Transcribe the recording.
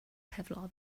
kevlar